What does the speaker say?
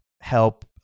help